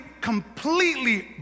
completely